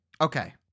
Okay